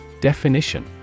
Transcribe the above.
Definition